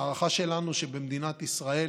ההערכה שלנו היא שבמדינת ישראל